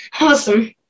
Awesome